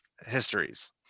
histories